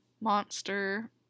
Monster